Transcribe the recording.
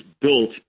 built